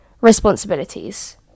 responsibilities